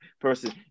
person